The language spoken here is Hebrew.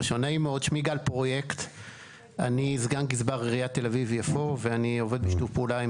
אני סגן גזבר עיריית תל אביב-יפו ואני עובד בשיתוף פעולה עם